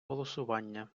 голосування